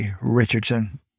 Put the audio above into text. Richardson